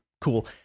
cool